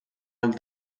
del